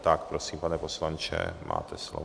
Tak prosím, pane poslanče, máte slovo.